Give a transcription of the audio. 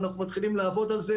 אנחנו מתחילים לעבוד על זה,